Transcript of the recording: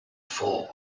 for